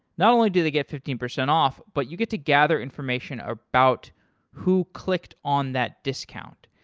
not only do they get fifteen percent off but you get to gather information about who clicked on that discount.